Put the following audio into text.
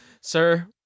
Sir